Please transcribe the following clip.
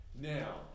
Now